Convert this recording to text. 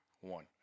one